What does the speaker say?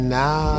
now